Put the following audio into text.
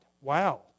Wow